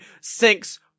sinks